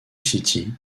city